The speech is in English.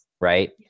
right